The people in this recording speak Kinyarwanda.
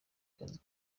kazi